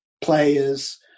players